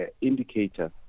indicator